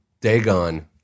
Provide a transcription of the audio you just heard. Dagon